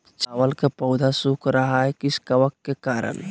चावल का पौधा सुख रहा है किस कबक के करण?